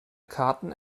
karten